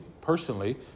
personally